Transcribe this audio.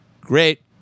great